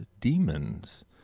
Demons